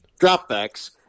dropbacks